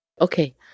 Okay